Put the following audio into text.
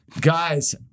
Guys